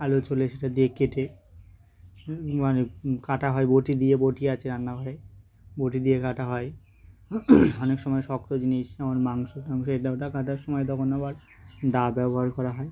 আলু ছোলে সেটা দিয়ে কেটে মানে কাটা হয় বটি দিয়ে বটি আছে রান্নাঘরে বটি দিয়ে কাটা হয় অনেক সময় শক্ত জিনিস যেমন মাংস এটা ওটা কাটার সময় তখন আবার দা ব্যবহার করা হয়